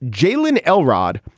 jalen elrod,